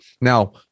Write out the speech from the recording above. Now